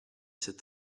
sept